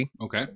Okay